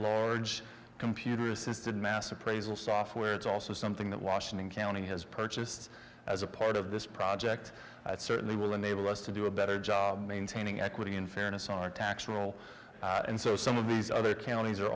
large computer assisted mass appraisal software it's also something that washington county has purchased as a part of this project certainly will enable us to do a better job maintaining equity and fairness on our tax will and so some of these other counties are